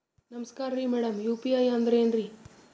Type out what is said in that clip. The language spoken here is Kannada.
ನಮಸ್ಕಾರ್ರಿ ಮಾಡಮ್ ಯು.ಪಿ.ಐ ಅಂದ್ರೆನ್ರಿ?